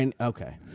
Okay